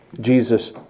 Jesus